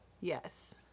Yes